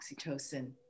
oxytocin